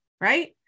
right